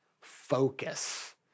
focus